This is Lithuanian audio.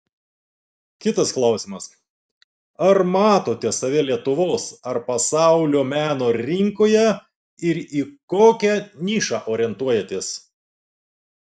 kitas klausimas ar matote save lietuvos ar pasaulio meno rinkoje ir į kokią nišą orientuojatės